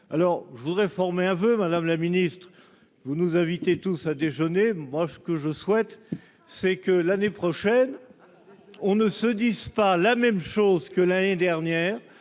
alors je voudrais former un voeu, Madame la Ministre, vous nous invitez tout ça déjeuner, moi ce que je souhaite, c'est que l'année prochaine on ne se disent pas la même chose que l'année dernière,